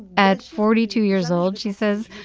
at forty two years old, she says,